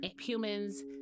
humans